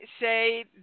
say